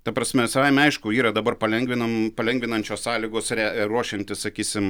ta prasme savaime aišku yra dabar palengvinam palengvinančios sąlygos re ruošiantis sakysim